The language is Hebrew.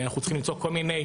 אנחנו צריכים למצוא כל מיני